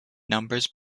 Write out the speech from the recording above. numbers